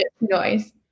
noise